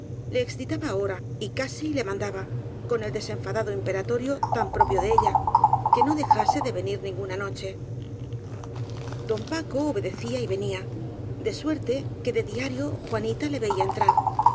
le excitaba ahora y casi le mandaba con el desenfado imperatorio tan pro pio de ella que no dejase de venir ninguna noche don paco obedecía y venía de suerte que de diario juanita le veía entrar